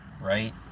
Right